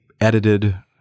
edited